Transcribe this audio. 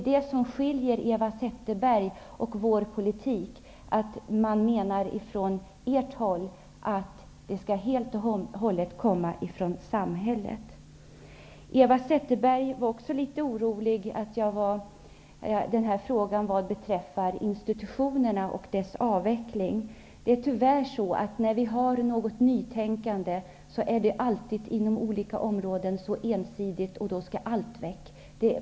Vad som skiljer Eva Zetterbergs och vår politik åt är att man från ert håll menar att medlen helt och hållet skall komma från samhället. Eva Zetterberg var litet orolig i fråga om institutionerna och deras avveckling. Det är tyvärr så att när vi har något nytänkande inom olika områden är det alltid så ensidigt. Då skall allt bort.